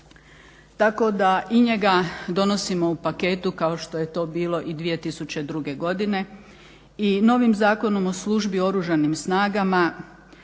Tako da i njega donosimo u paketu kao što je to bili i 2002. godine. I novim Zakonom o službi u oružanim snagama